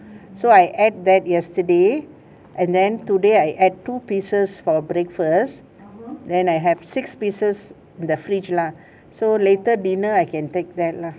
so I ate that yesterday and then today I ate two pieces for breakfast then I have six pieces in the fridge lah so later dinner I can take that lah